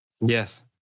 Yes